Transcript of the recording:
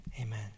amen